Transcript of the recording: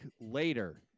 later